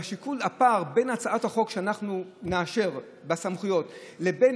בין הצעת החוק שאנחנו נאשר בסמכויות לבין